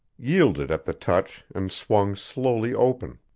yielded at the touch and swung slowly open.